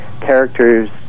characters